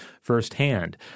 firsthand